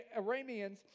Arameans